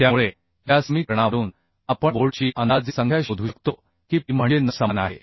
त्यामुळे या समीकरणावरून आपण बोल्टची अंदाजे संख्या शोधू शकतो की P म्हणजे n समान आहे